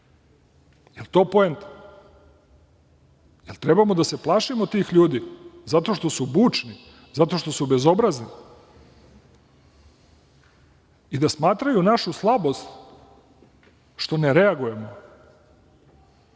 Jel to poenta? Jel trebamo da se plašimo tih ljudi zato što su bučni, zato što su bezobrazni i da smatraju našu slabost što ne reagujemo?